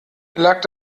lag